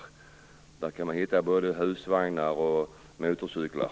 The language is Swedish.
Bland dessa fordon kan man hitta både husvagnar och motorcyklar.